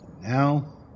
now